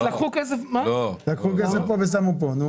לקחו כסף פה ושמו פה.